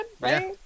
right